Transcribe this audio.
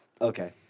okay